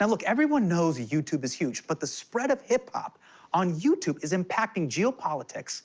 and look, everyone knows that youtube is huge, but the spread of hip-hop on youtube is impacting geopolitics